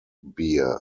beer